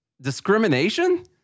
discrimination